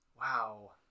Wow